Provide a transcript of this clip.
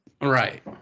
Right